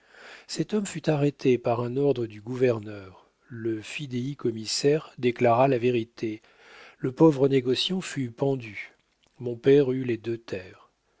cet homme fut arrêté par un ordre du gouverneur le fidéicommissaire déclara la vérité le pauvre négociant fut pendu mon père eut les deux